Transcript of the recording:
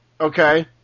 okay